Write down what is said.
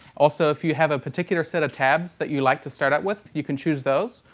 also, if you have a particular set of tabs that you like to start out with, you can choose those.